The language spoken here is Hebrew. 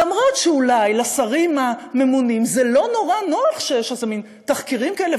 אולי לשרים הממונים לא נורא נוח שיש איזה מן תחקירים כאלה,